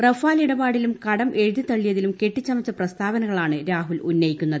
Rafale ഇടപാടിലും കടം എഴുതി തള്ളിയതിലും കെട്ടിച്ചമച്ച പ്രസ്താവനകളാണ് രാഹുൽ ഉന്നയിക്കുന്നത്